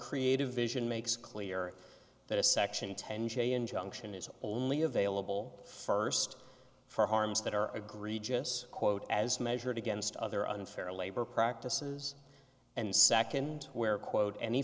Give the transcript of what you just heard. creative vision makes clear that a section ten j injunction is only available first for harms that are agreed justice quote as measured against other unfair labor practices and second where quote any